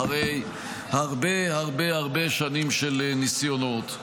אחרי הרבה הרבה הרבה שנים של ניסיונות.